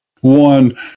one